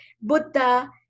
Buddha